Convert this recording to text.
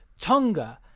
tonga